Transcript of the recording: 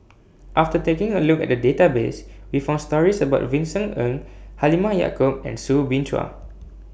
after taking A Look At The Database We found stories about Vincent Ng Halimah Yacob and Soo Bin Chua